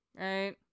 Right